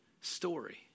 story